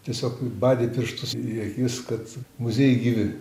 tiesiog badė pirštus į akis kad muziejai gyvi